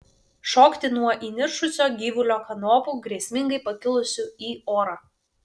šokti nuo įniršusio gyvulio kanopų grėsmingai pakilusių į orą